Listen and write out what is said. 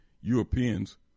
Europeans